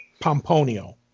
Pomponio